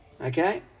Okay